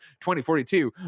2042